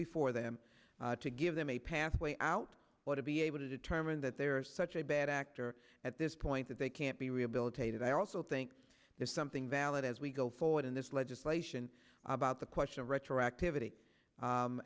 before them to give them a pathway out or to be able to determine that there is such a bad actor at this point that they can't be rehabilitated i also think there's something valid as we go forward in this legislation about the question of retroactivity